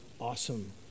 awesome